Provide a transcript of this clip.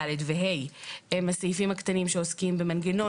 (ד) ו-(ה) הם הסעיפים הקטנים שעוסקים במנגנון,